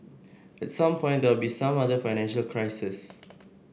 at some point there will be some other financial crises